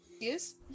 Yes